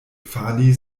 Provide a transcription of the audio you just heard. fali